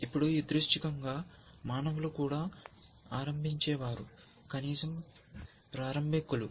ఇప్పుడు యాదృచ్ఛికంగా మానవులు కూడా ఆరంభించేవారు కనీసం ప్రారంభకులు